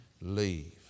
leave